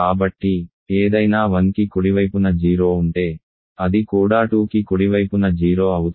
కాబట్టి ఏదైనా 1కి కుడివైపున 0 ఉంటే అది కూడా 2కి కుడివైపున 0 అవుతుంది